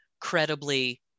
credibly